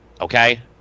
okay